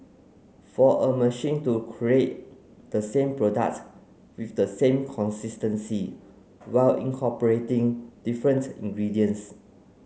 for a machine to create the same product with the same consistency while incorporating different ingredients